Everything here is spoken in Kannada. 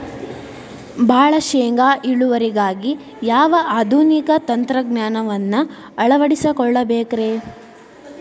ಭಾಳ ಶೇಂಗಾ ಇಳುವರಿಗಾಗಿ ಯಾವ ಆಧುನಿಕ ತಂತ್ರಜ್ಞಾನವನ್ನ ಅಳವಡಿಸಿಕೊಳ್ಳಬೇಕರೇ?